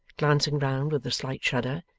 glancing round with a slight shudder.